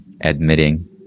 admitting